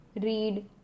read